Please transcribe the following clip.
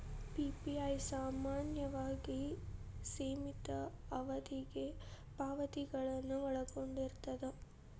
PPI ಸಾಮಾನ್ಯವಾಗಿ ಸೇಮಿತ ಅವಧಿಗೆ ಪಾವತಿಗಳನ್ನ ಒಳಗೊಂಡಿರ್ತದ